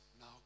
now